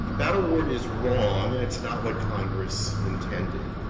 that award is wrong and it's not what congress intended.